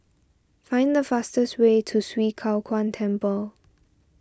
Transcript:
find the fastest way to Swee Kow Kuan Temple